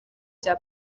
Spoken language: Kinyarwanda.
bya